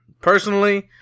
personally